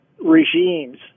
regimes